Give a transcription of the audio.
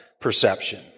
perception